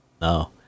No